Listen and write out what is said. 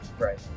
Right